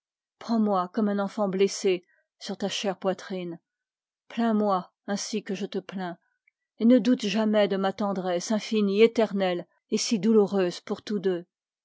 prends-moi comme un enfant blessé sur ta chère poitrine plains moi ainsi que je te plains et ne doute jamais de ma tendresse infinie éternelle et si douloureuse pour tous deux